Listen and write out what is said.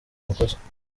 amakosa